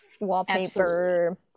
wallpaper